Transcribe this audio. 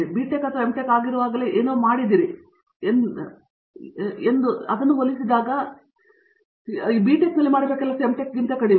ಮತ್ತು ನೀವು ಬಿಟೆಕ್ ಅಥವಾ ಎಮ್ ಟೆಕ್ ಆಗಿರುವಾಗಲೇ ಏನು ಮಾಡಿದಿರಿ ಎಂಬುದನ್ನು ಹೋಲಿಸಿದಾಗ ಕಡಿಮೆ